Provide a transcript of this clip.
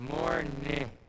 Morning